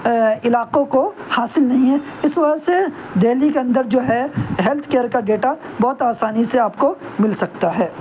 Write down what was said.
علاقوں کو حاصل نہیں ہیں اس وجہ سے دہلی کے اندر جو ہے ہیلتھ کیئر کا ڈیٹا بہت آسانی سے آپ کو مل سکتا ہے